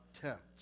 tempt